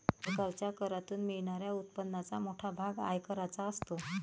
सरकारच्या करातून मिळणाऱ्या उत्पन्नाचा मोठा भाग आयकराचा असतो